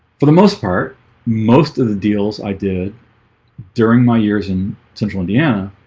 for the most part most of the deals i did during my years in central, indiana